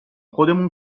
خودمون